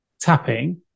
tapping